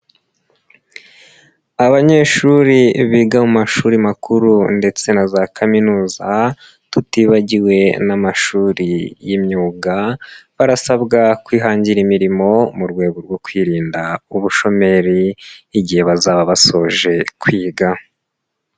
Abanyeshuri biga mu mashuri makuru ndetse na za kaminuza tutibagiwe n'amashuri y'imyuga, barasabwa kwihangira imirimo mu rwego rwo kwirinda ubushomeri igihe bazaba basoje kwiga.